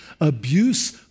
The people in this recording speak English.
abuse